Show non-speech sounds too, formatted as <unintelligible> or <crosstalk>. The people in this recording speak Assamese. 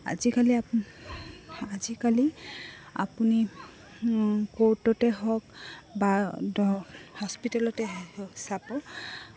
আজিকালি <unintelligible> আজিকালি আপুনি ক'ৰ্টতে হওক বা <unintelligible> হস্পিতেলতে চাব